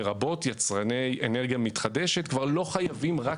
לרבות יצרני אנרגיה מתחדשת כבר לא חייבים רק